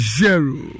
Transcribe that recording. zero